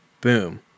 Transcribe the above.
boom